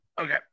Okay